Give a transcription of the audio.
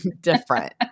different